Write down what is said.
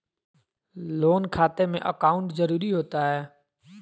Loan खाते में account जरूरी होता है?